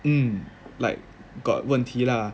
hmm like got 问题 lah